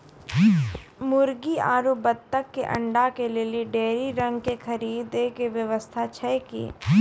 मुर्गी आरु बत्तक के अंडा के लेली डेयरी रंग के खरीद के व्यवस्था छै कि?